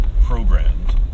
programmed